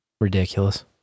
Ridiculous